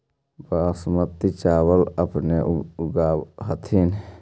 बासमती चाबल अपने ऊगाब होथिं?